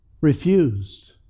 refused